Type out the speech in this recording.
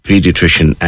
Pediatrician